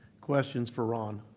questions for ron?